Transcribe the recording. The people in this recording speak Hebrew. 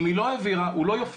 אם היא לא העבירה אז הוא לא יופיע.